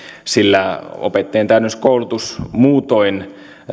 sillä opettajien täydennyskoulutus muutoin